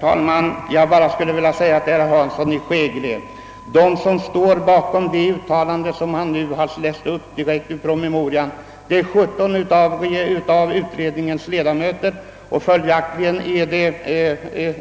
Herr talman! Jag vill bara säga till herr Hansson i Skegrie att bakom det uttalande, som herr Hansson nyss läste upp direkt ur promemorian, står 17 av utredningens ledamöter, följaktligen